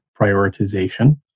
prioritization